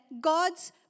God's